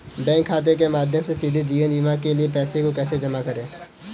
Bank खाते के माध्यम से सीधे जीवन बीमा के लिए पैसे को कैसे जमा करें?